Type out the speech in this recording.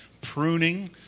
pruning